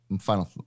Final